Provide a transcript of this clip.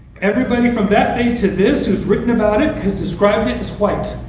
everybody from that day to this who has written about it, has described it as white.